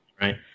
right